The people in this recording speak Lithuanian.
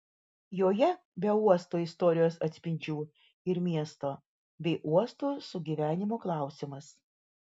joje be uosto istorijos atspindžių ir miesto bei uosto sugyvenimo klausimas